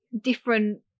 different